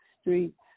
streets